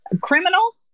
criminal